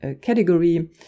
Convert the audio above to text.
category